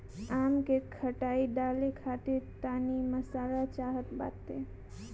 आम के खटाई डाले खातिर तनी मसाला चाहत बाटे